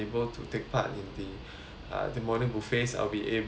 uh the morning buffet I'll be able to